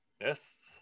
Yes